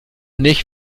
nicht